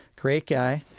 great guy.